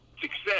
success